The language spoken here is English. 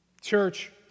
Church